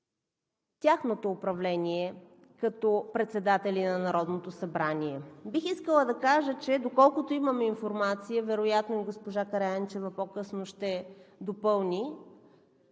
тяхното управление като председатели на Народното събрание. Бих искала да кажа, че доколкото имаме информация, вероятно госпожа Караянчева по-късно ще допълни,